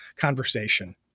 conversation